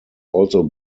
also